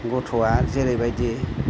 गथ'आ जेरैबायदि